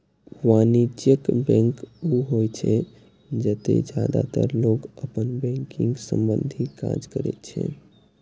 वाणिज्यिक बैंक ऊ होइ छै, जतय जादेतर लोग अपन बैंकिंग संबंधी काज करै छै